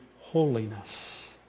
holiness